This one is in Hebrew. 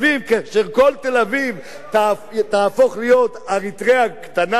כשכל תל-אביב תהפוך להיות אריתריאה קטנה,